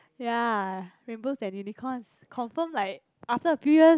ya rainbows and unicorns confirm like after a few years